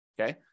okay